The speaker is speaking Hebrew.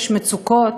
יש מצוקות,